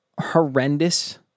horrendous